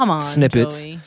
snippets